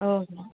okay